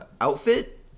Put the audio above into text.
outfit